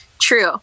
true